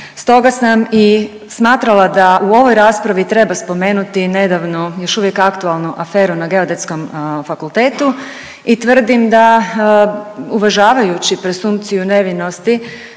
stoga sam i smatrala da u ovoj raspravi treba spomenuti nedavnu, još uvijek aktualnu aferu na Geodetskom fakultetu i tvrdim da uvažavajući presumpciju nevinosti